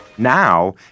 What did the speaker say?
Now